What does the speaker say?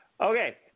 Okay